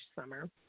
summer